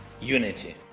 unity